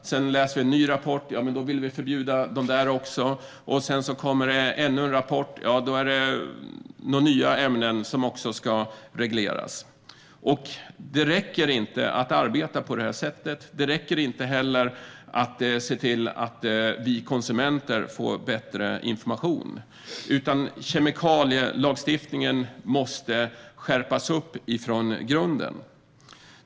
Sedan läser vi en ny rapport, och då vill vi förbjuda dem också. Sedan kommer det ännu en rapport, och då är det nya ämnen som också ska regleras. Det räcker inte att arbeta på det sättet. Det räcker inte heller att se till att vi konsumenter får bättre information, utan kemikalielagstiftningen måste skärpas från grunden.